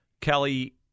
kelly